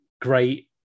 great